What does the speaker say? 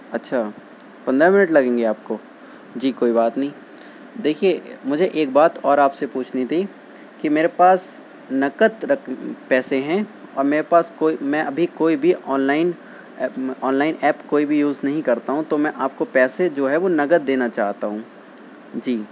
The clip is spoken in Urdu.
اچھا پندرہ منٹ لگیں گے آپ کو جی کوئی بات نہیں دیکھیے مجھے ایک بات اور آپ سے پوچھنی تھی کہ میرے پاس نقد رقم پیسے ہیں اور میرے پاس کوئی میں ابھی کوئی بھی آنلائن آنلائن ایپ کوئی بھی یوز نہیں کرتا ہوں تو میں آپ کو پیسے جو ہے وہ نقد دینا چاہتا ہوں جی